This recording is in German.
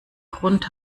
grund